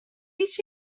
هیچ